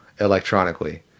electronically